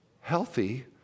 healthy